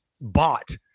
bought